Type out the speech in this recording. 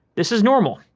this is normal.